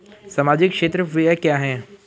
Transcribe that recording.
सामाजिक क्षेत्र व्यय क्या है?